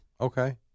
Okay